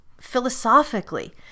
philosophically